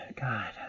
God